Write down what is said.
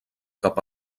cap